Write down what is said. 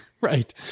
Right